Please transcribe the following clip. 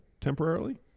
temporarily